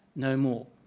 no more.